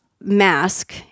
mask